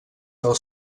del